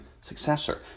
successor